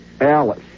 Alice